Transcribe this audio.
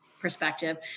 Perspective